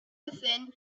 within